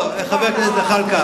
לא, לא, חבר הכנסת זחאלקה.